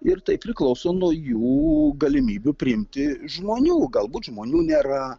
ir tai priklauso nuo jų galimybių priimti žmonių galbūt žmonių nėra